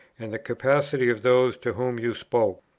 and the capacity of those to whom you spoke.